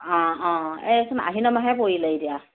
অ অ এই চোন আহিনৰ মাহেই পৰিলে এতিয়া